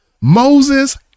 Moses